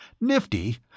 Nifty